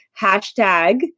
hashtag